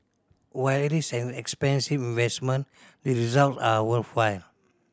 while it is an expensive investment the results are worthwhile